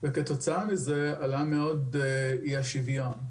וכתוצאה מזה עלה מאוד אי השוויון.